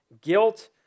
guilt